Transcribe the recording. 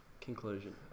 conclusion